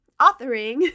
authoring